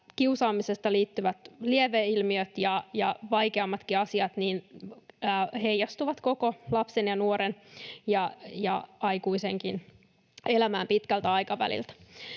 kiusaamiseen liittyvät lieveilmiöt ja vaikeammatkin asiat heijastuvat koko lapsen ja nuoren ja aikuisenkin elämään pitkältä aikaväliltä.